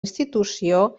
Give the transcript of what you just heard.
institució